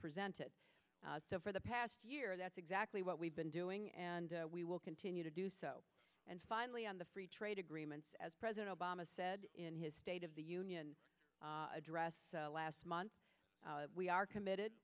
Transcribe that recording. presented so for the past year that's exactly what we've been doing and we will continue to do so and finally on the free trade agreements as president obama said in his state of the union address last month we are committed